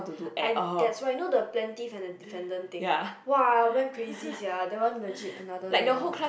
I that's why you know the plaintiff and the defendant thing !wah! I went crazy sia that one legit another level